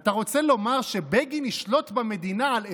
אתה רוצה לומר שבגין ישלוט במדינה על אמת?